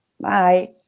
Bye